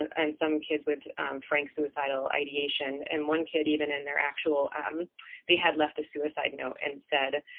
and and some kids with frank suicidal ideation, and one kid even in their actual um they had left a suicide note and said